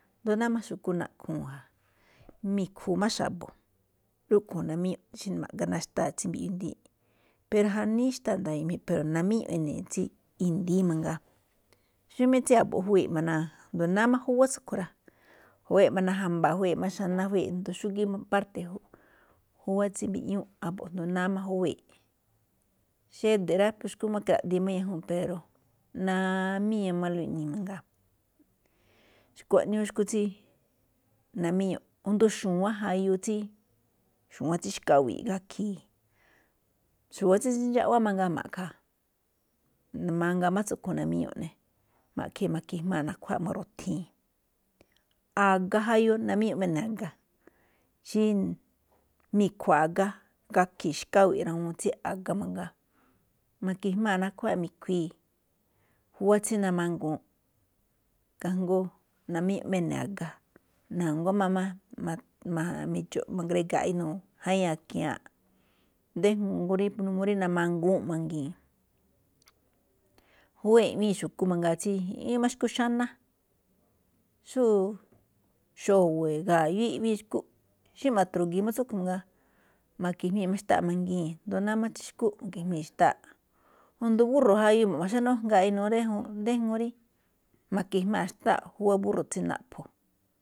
Asndo náá máꞌ xu̱kú naꞌkhuu̱n ja, mi̱khu̱u̱ máꞌ xa̱bo̱, rúꞌkhue̱n namíñuꞌ xí ma̱ꞌgá ná xtáa tsí mbiꞌyuu i̱ndi̱í, pero janíí xtáa̱ ndayoo̱, pero namíñu̱ꞌ ene̱ tsí i̱ndi̱í mangaa. Xóma̱ꞌ tsí a̱bo̱ꞌ juwée̱ꞌ ná, asndo náá máꞌ júwá tsúꞌkhue̱n rá, júwee̱ꞌ ná ja̱mba̱a̱, júwee̱ꞌ ná xanáá júwee̱ asnd́ mbá xúgíí parte. Júwá tsí mbiꞌñúú a̱bo̱ꞌ asndo náá máꞌ júwée̱ꞌ. Xede̱ rá, xu̱kú máꞌ kiraꞌdiin ma ñajúu̱n, pero namíñalóꞌ iꞌnii̱ mangaa̱. Xkuaꞌniúú xu̱kú tsí namíñu̱ꞌ. Asndo xu̱wán jayu tsí xkawi̱i̱ꞌ, xúwán tsí tsindxawá mangaa ma̱ꞌkha̱, mangaa máꞌ tsúꞌkhue̱n namíñu̱ꞌ eꞌne. Na̱ꞌkhe̱e̱ na̱ki̱jmaa̱ nakhuáaꞌ ma̱ru̱thii̱n. A̱ga jayu, namíñu̱ꞌ máꞌ eꞌne a̱ga, xí mi̱khua̱a̱ꞌ a̱ga, gakhi̱i̱ xkawe̱ꞌ rawuun tsí a̱ga mangaa, ma̱ki̱jmaa̱ nakhuáaꞌ mi̱khui̱i̱, júwá tsí namangu̱únꞌ, khajngó namíñu̱ꞌ máꞌ ene̱ a̱ga̱. Na̱nguá máꞌ mi̱dxo̱ꞌ ma̱ngriga̱a̱ꞌ inuu̱, jañii a̱kia̱a̱nꞌ déjngó. N uu rí namanguu̱nꞌ mangii̱n. Júwá iꞌwíin xu̱kú mangaa tsí, i̱ꞌwíin máꞌ xu̱kú xáná, xóo xo̱we̱, ga̱yú i̱ꞌwíin xu̱kú, xí ma̱tru̱gi̱i̱n máꞌ tsúꞌkhue̱n mangaa, ma̱ki̱jmii̱n máꞌ xtáa mangii̱n, asndo náá máꞌ tsí xu̱kú ma̱ki̱jmii̱ xtáaꞌ asndo búrro̱ jayu, ma̱xánújngaaꞌ inuu rí déjuun rí ma̱kiꞌjmaa̱ xtáaꞌ júwá búrro̱ tsí naꞌpho̱.